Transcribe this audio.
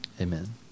amen